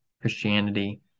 Christianity